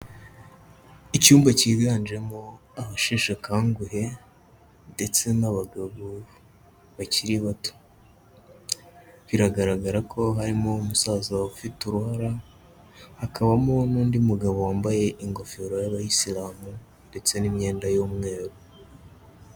Icyumba kiganjemo abasheshe akanguhe ndetse n'abagabo bakiri bato. Biragaragara ko harimo umusaza ufite uruhara, hakabamo n'undi mugabo wambaye ingofero y'abayisilamu ndetse n'imyenda y'umweru.